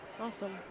Awesome